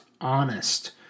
honest